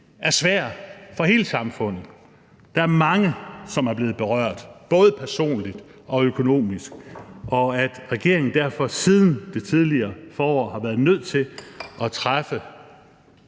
er svær for hele samfundet. Der er mange, som er blevet berørt, både personligt og økonomisk, og regeringen har derfor siden det tidlige forår været nødt til at træffe